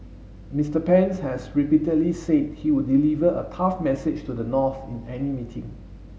Mister Pence has repeatedly said he would deliver a tough message to the North in any meeting